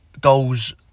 goals